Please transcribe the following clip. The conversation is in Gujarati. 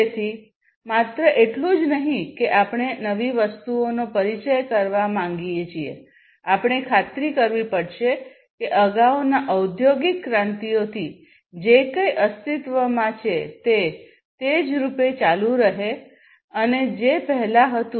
તેથી માત્ર એટલું જ નહીં કે આપણે નવી વસ્તુઓનો પરિચય કરવા માંગીએ છીએ આપણે ખાતરી કરવી પડશે કે અગાઉના ઔદ્યોગિક ક્રાંતિઓથી જે કંઈ અસ્તિત્વમાં છે તે તેજ સ્વરૂપે ચાલુ રહે છે જે પહેલાં હતું